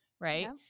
right